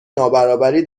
نابرابری